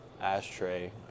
ashtray